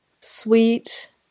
sweet